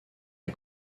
est